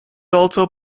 also